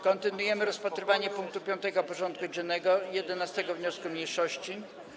Kontynuujemy rozpatrywanie punktu 5. porządku dziennego i 11. wniosku mniejszości.